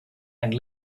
and